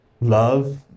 love